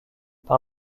par